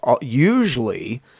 usually